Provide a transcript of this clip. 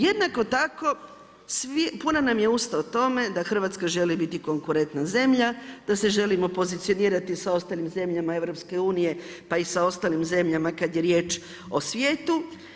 Jednako tako puna nam je usta o tome da Hrvatska želi biti konkurentna zemlja, da se želimo pozicionirati sa ostalim zemljama EU pa i sa ostalim zemljama kad je riječ o svijetu.